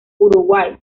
uruguay